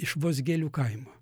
iš vosgėlių kaimo